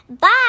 Bye